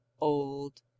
old